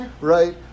right